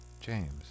James